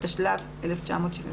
התשל"ו-1976.